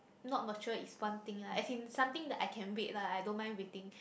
not mature is one thing lah as in something that I can wait lah I don't mind waiting